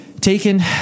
Taken